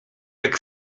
jak